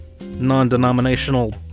non-denominational